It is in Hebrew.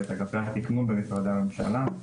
ואת אגפי התכנון במשרדי הממשלה,